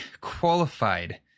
qualified